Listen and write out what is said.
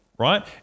Right